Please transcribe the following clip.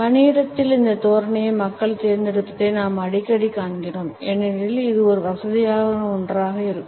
பணியிடத்தில் இந்த தோரணையை மக்கள் தேர்ந்தெடுப்பதை நாம் அடிக்கடி காண்கிறோம் ஏனெனில் இது ஒரு வசதியான ஒன்றாக இருக்கும்